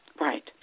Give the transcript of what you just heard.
Right